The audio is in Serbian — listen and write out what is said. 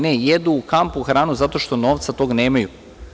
Ne, jedu u kampu hranu, zato što novca nemaju.